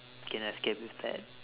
can escape with that